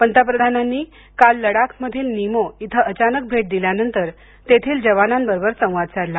पंतप्रधानांनी आज लडाखमधील निमो इथे अचानक भेट दिल्यानंतर तेथील जवानांबरोबर त्यांनी संवाद साधला